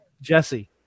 Jesse